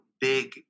big